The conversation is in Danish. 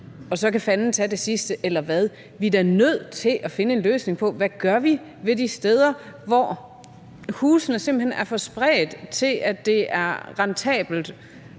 at så kan fanden tage det sidste, eller hvad? Vi er da nødt til at finde en løsning på, hvad vi gør ved de steder, hvor husene simpelt hen ligger for spredt til, at det er rentabelt